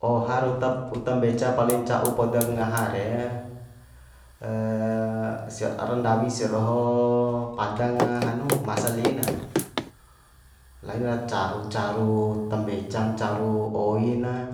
Ohar uta uta mbeca paling ca'u podak ngaha re sia ra ndawi sia doho padanga hanu masali na laina caru caru tambecan caru oi na